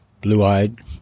blue-eyed